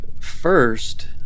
First